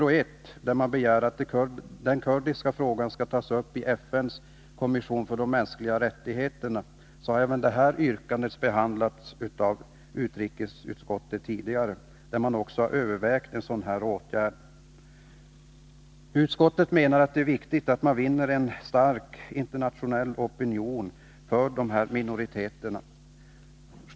I yrkande 1 begär man att den kurdiska frågan skall tas upp i FN:s kommission för de mänskliga rättigheterna. Även det yrkandet har behandlats av utrikesutskottet tidigare, och man har också övervägt en sådan åtgärd. Utskottet menar att det är viktigt att vinna en stark internationell opinion för de här aktuella minoriteterna.